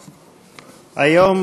ראשונה,